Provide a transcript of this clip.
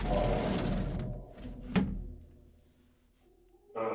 हाँ हो जाएगा हाँ